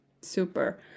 Super